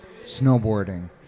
snowboarding